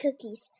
cookies